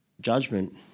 judgment